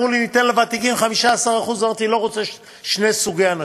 אמרו לי: ניתן לוותיקים 15%. אמרתי: לא רוצה שני סוגי אנשים.